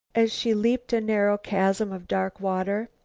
as she leaped a narrow chasm of dark water.